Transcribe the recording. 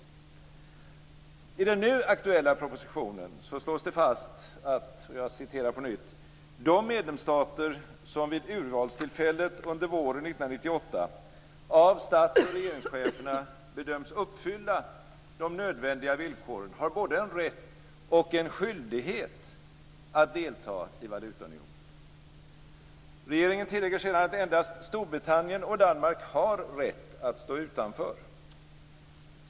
I den nu aktuella propositionen slås det fast att "de medlemsstater som vid urvalstillfället under våren 1998 av stats och regeringscheferna bedöms uppfylla de nödvändiga villkoren har både en rätt och en skyldighet att delta i valutaunionen." Regeringen tillägger att endast Storbritannien och Danmark har rätt att stå utanför.